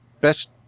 best